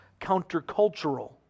countercultural